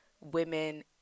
women